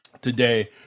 today